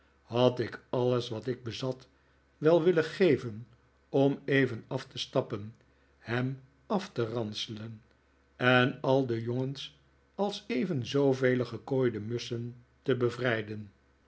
had ik alles wat ik bezat wel willen geven om even af te stappen hem af te ranselen en al de jongens als even zooveel gekooide musschen te bevrijden